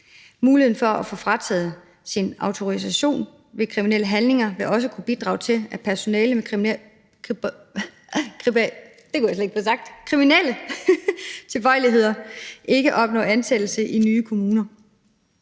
Muligheden for at få frataget sin autorisation ved kriminelle handlinger vil også kunne bidrage til, at personale med kriminelle tilbøjeligheder ikke opnår ansættelse i andre kommuner.